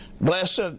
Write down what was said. Blessed